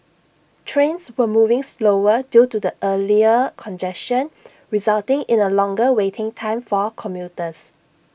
trains were moving slower due to the earlier congestion resulting in A longer waiting time for commuters